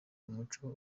umuco